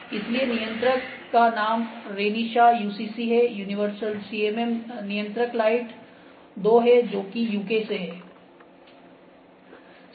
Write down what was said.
इसलिए नियंत्रक का नाम रेनिशा यूसीसी है यूनिवर्सल CMM नियंत्रक लाइट 2 है जो की यूके से है